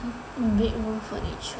bedroom furniture